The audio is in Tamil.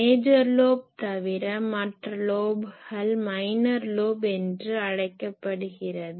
மேஜர் லோப் தவிர மற்ற லோப்கள் மைனர் லோப் என்று அழைக்கப்படுகிறது